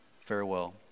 Farewell